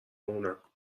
بمونم